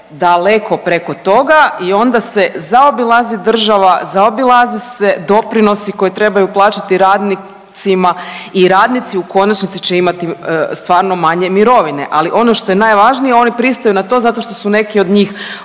daleko preko toga i onda se zaobilazi država, zaobilaze se doprinosi koje trebaju plaćati radnicima i radnici u konačnici će imati stvarno manje mirovine, ali ono što je najvažnije oni pristaju na to zato što su neki od njih